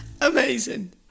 Amazing